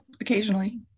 occasionally